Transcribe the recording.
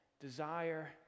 desire